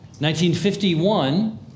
1951